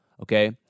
okay